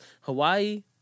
Hawaii